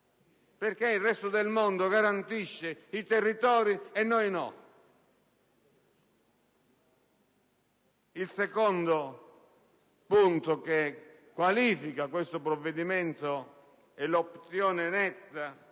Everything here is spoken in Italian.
Perché il resto del mondo garantisce i territori e noi no? Il secondo punto che qualifica questo provvedimento è l'opzione netta